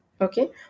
Okay